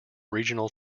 regional